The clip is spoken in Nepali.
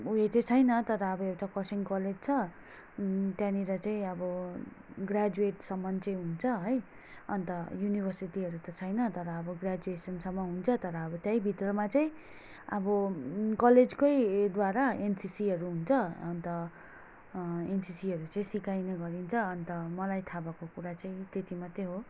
उयो चाहिँ छैन तर अब एउटा खरसाङ कलेज छ त्यहाँनिर चाहिँ अब ग्राजुएटसम्म चाहिँ हुन्छ है अन्त युनिभर्सिटीहरू त छैन तर अब ग्राजुएसनसम्म हुन्छ तर अब त्यहीभित्रमा चाहिँ अब कलेजकैद्वारा एनसिसीहरू हुन्छ अन्त एनसिसीहरू चाहिँ सिकाइने गरिन्छ अन्त मलाई थाहा भएको कुरा चाहिँ त्यति मात्रै हो